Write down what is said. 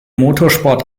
motorsport